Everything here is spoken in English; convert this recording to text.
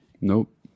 nope